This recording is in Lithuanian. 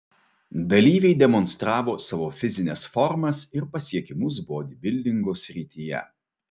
dalyviai demonstravo savo fizines formas ir pasiekimus bodybildingo srityje